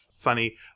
funny